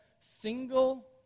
single